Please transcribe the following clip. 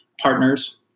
partners